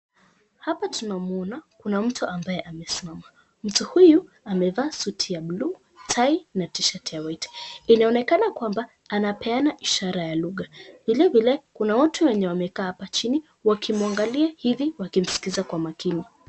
Hapa tunamuona kuna mtu ambaye amesimama mtu huyu amevaa suti ya buluu, tai na t shati ya white .Inaonekana kwamba anapeana ishara ya lugha vile vile kuna watu wamekaa hapa chini wakimwangalia hivi wakimskiza kwa makini.